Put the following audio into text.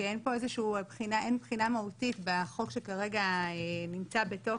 כי אין בחינה מהותית בחוק שכרגע נמצא בתוקף.